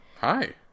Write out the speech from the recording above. hi